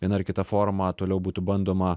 viena ar kita forma toliau būtų bandoma